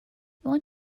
want